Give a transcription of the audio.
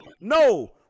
no